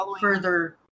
further